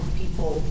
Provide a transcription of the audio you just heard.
people